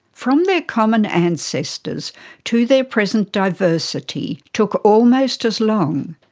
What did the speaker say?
from their common ancestors to their present diversity, took almost as long,